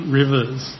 rivers